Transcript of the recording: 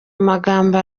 amagambo